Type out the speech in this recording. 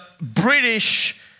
British